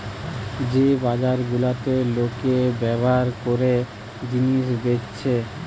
যে বাজার গুলাতে লোকে ব্যভার কোরা জিনিস বেচছে